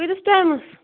کۭتِس ٹایمَس